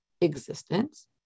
existence